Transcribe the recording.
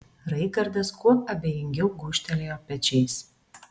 raigardas kuo abejingiau gūžtelėjo pečiais